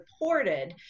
reported